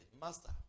Master